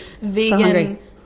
vegan